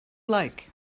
like